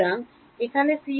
এটি 1 এর চেয়ে কম হওয়া উচিত